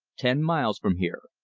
ten miles from here.